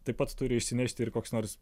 taip pat turi išsinešti ir koks nors